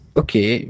okay